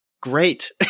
great